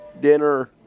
dinner